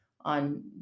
on